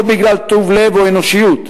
לא בגלל טוב לב או אנושיות,